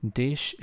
dish